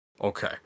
Okay